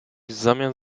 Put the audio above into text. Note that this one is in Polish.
zamian